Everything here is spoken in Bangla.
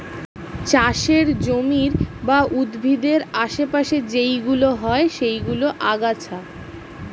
চাষের জমির বা উদ্ভিদের আশে পাশে যেইগুলো হয় সেইগুলো আগাছা